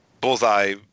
Bullseye